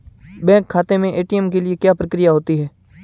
Bank खाते में ATM के लिए क्या प्रक्रिया होती है?